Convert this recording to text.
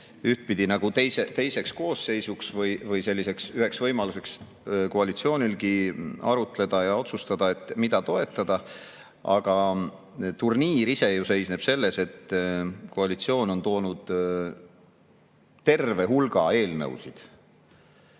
eelnõu nagu teiseks koosseisuks või üheks võimaluseks koalitsioonilgi arutleda ja otsustada, mida toetada. Aga turniir ise ju seisneb selles, et koalitsioon on toonud terve hulga eelnõusid.